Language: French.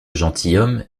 gentilhomme